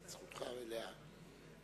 זכותך המלאה.